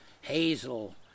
Hazel